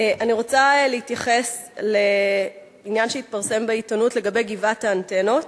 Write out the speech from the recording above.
אני רוצה להתייחס לעניין שהתפרסם בעיתונות לגבי גבעת האנטנות.